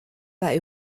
war